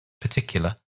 particular